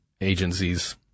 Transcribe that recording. agencies